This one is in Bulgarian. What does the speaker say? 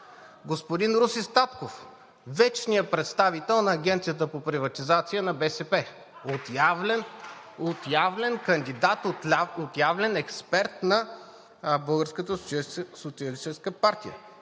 Господин Руси Статков – вечният представител на Агенцията по приватизация на БСП – отявлен кандидат, отявлен експерт на